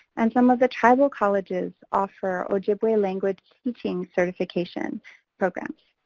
and some of the tribal colleges offer ojibwe language teaching certification programs.